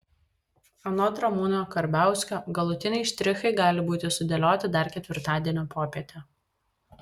anot ramūno karbauskio galutiniai štrichai gali būti sudėlioti dar ketvirtadienio popietę